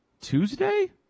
Tuesday